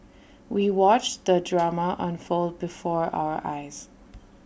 we watched the drama unfold before our eyes